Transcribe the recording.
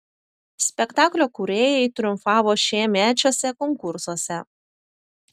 spektaklio kūrėjai triumfavo šiemečiuose konkursuose